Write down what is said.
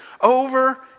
Over